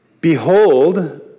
Behold